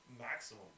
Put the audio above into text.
maximum